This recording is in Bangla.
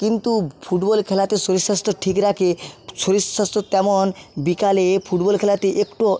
কিন্তু ফুটবল খেলাতে শরীর স্বাস্থ্য ঠিক রাখে শরীর স্বাস্থ্য তেমন বিকালে ফুটবল খেলাতে একটু